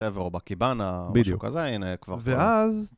או בkibana, או משהו כזה, הנה כבר, ואז...